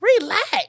Relax